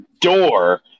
door